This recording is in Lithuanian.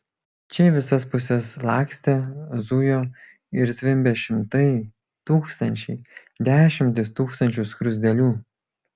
čia į visas puses lakstė zujo ir zvimbė šimtai tūkstančiai dešimtys tūkstančių skruzdėlių